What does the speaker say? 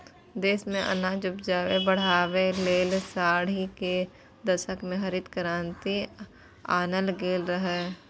देश मे अनाज उपजाकेँ बढ़ाबै लेल साठि केर दशक मे हरित क्रांति आनल गेल रहय